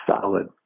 solid